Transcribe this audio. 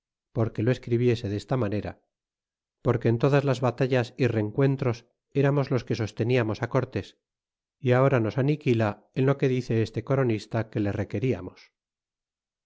porque lo escribiese desta manera porque en todas las batallas y rencuentros eramos los que sosteníamos cortés y ahora nos aniquila en lo que dice este coronista que le requeríamos